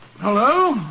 Hello